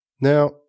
Now